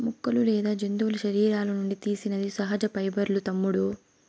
మొక్కలు లేదా జంతువుల శరీరాల నుండి తీసినది సహజ పైబర్లూ తమ్ముడూ